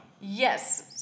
Yes